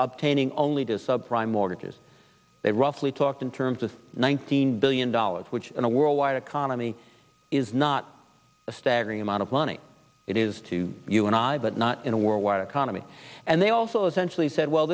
obtaining only to sub prime mortgages they roughly talked in terms of nineteen billion dollars which in a worldwide economy is not a staggering amount of money it is to you and i but not in a worldwide economy and they also essentially said well